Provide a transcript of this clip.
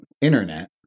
internet